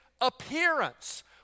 appearance